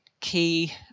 key